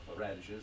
radishes